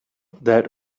that